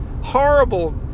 horrible